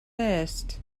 list